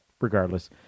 regardless